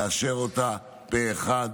לאשר אותה פה אחד.